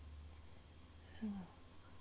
wa keng kua